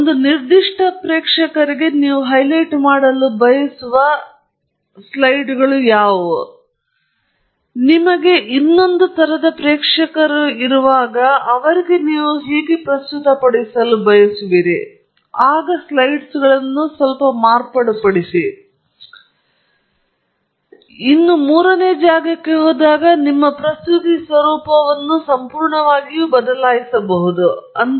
ಒಂದು ನಿರ್ದಿಷ್ಟ ಪ್ರೇಕ್ಷಕರಿಗೆ ನೀವು ಹೈಲೈಟ್ ಮಾಡಲು ಬಯಸುವ ಮೂರು ಸ್ಲೈಡ್ಗಳು ಇರಬಹುದು ನಿಮಗೆ ಇನ್ನೊಂದು ಪ್ರೇಕ್ಷಕರಿಗೆ ಪ್ರಸ್ತುತಪಡಿಸಿದಾಗ ನೀವು ಒಂದೆರಡು ಹೆಚ್ಚು ಸ್ಲೈಡ್ಗಳನ್ನು ಸೇರಿಸಬಹುದು ನಿಮಗೆ ಪ್ರಸ್ತುತಿ ಸ್ವರೂಪವನ್ನು ಸಂಪೂರ್ಣವಾಗಿ ಬದಲಾಯಿಸಬಹುದು ಮೂರನೇ ಪ್ರೇಕ್ಷಕರು